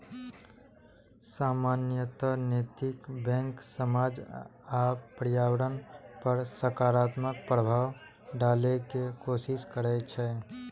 सामान्यतः नैतिक बैंक समाज आ पर्यावरण पर सकारात्मक प्रभाव डालै के कोशिश करै छै